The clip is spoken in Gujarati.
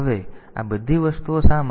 હવે આ બધી વસ્તુઓ શા માટે